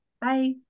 Bye